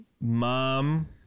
mom